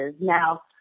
Now